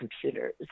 computers